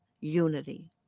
unity